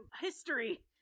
history